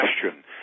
question